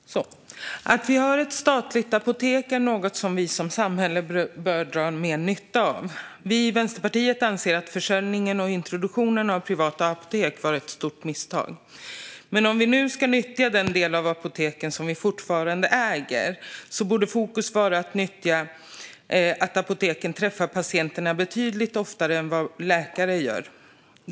Herr talman! Att vi har ett statligt apotek är något som vårt samhälle bör dra mer nytta av. Vänsterpartiet anser att försäljningen av apotek och introduktionen av privata apotek var ett stort misstag. Men om vi nu ska nyttja den del av apoteken som vi fortfarande äger borde fokus vara att nyttja att apoteken träffar patienterna betydligt oftare än vad läkare gör.